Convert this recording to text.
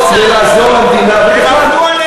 זה דיון על תקציב או גן-ילדים?